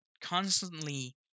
constantly